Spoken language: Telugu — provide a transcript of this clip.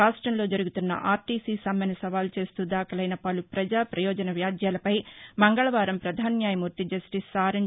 రాష్టంలో జరుగుతున్న ఆర్ టీ సి సమ్మెను సవాలు చేస్తూ దాఖలైన పలు ప్రజా ప్రయోజన వ్యాజ్యాలపై మంగళవారం ప్రధాన న్యాయమూర్తి జస్టిస్ ఆర్ఎన్